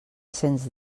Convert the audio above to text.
sents